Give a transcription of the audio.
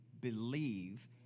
believe